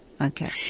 Okay